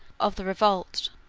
of the revolt,